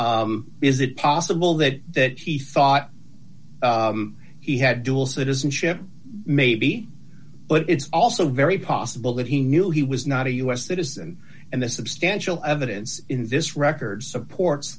now is it possible that that he thought he had dual citizenship maybe but it's also very possible that he knew he was not a u s citizen and the substantial evidence in this record supports